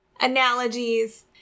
analogies